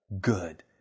good